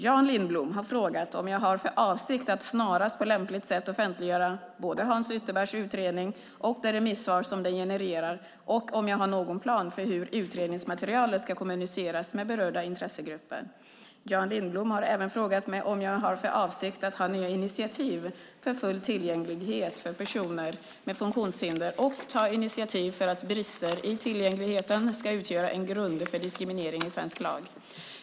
Jan Lindholm har frågat mig om jag har för avsikt att snarast på lämpligt sätt offentliggöra både Hans Ytterbergs utredning och de remissvar som den genererar och om jag har någon plan för hur utredningsmaterialet ska kommuniceras med berörda intressegrupper. Jan Lindholm har även frågat mig om jag har för avsikt att ta nya initiativ för full tillgänglighet för personer med funktionshinder och ta initiativ för att brister i tillgängligheten ska utgöra en grund för diskriminering i svensk lag.